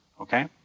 okay